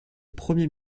premier